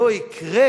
לא יקרה